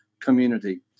community